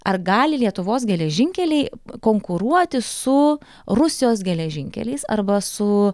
ar gali lietuvos geležinkeliai konkuruoti su rusijos geležinkeliais arba su